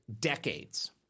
decades